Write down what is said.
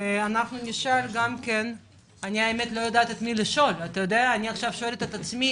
אני כבר לא יודעת את מי לשאול, אני שואלת את עצמי